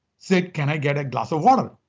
said, can i get a glass of water?